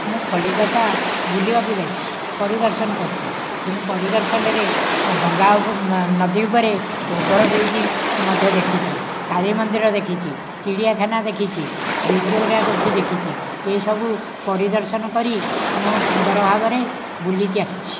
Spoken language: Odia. ମୁଁ କଲିକତା ବୁଲିବାକୁ ଯାଇଛି ପରିଦର୍ଶନ କରିଛି କିନ୍ତୁ ପରିଦର୍ଶନରେ ଗଙ୍ଗା ନଦୀ ଉପରେ ଓଭର ବ୍ରିଜ ମଧ୍ୟ ଦେଖିଛି କାଳୀ ମନ୍ଦିର ଦେଖିଛିଚିଡ଼ିଆଖାନା ଦେଖିଛି ଭିକ୍ଟୋରିଆ କୋଠି ଦେଖିଛି ଏସବୁ ପରିଦର୍ଶନ କରି ମୋ ସୁନ୍ଦର ଭାବରେ ବୁଲିକି ଆସିଛି